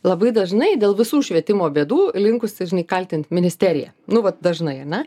labai dažnai dėl visų švietimo bėdų linkusi kaltint ministeriją nu vat dažnai ar ne